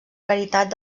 caritat